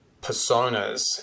personas